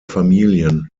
familien